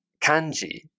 kanji